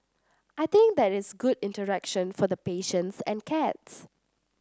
I think that it's good interaction for the patients and cats